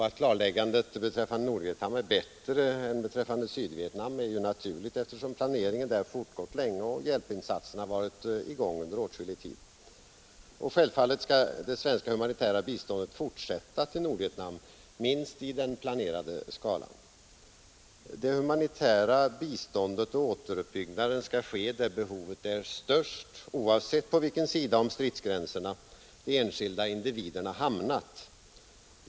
Att klarläggandet beträffande Nordvietnam är bättre än beträffande Sydvietnam är naturligt, eftersom planeringen där fortgått länge och hjälpinsatserna varit i gång under åtskillig tid. Självfallet skall det svenska humanitära biståndet till Nordvietnam fortsätta minst i den planerade skalan. Det humanitära biståndet skall ges och återuppbyggnaden ske där behovet är störst, oavsett på vilken sida om stridsgränserna de enskilda individerna hamnat.